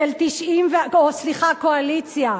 סליחה, קואליציה,